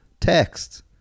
text